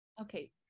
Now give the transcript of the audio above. Okay